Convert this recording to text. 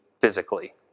physically